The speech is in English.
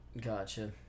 Gotcha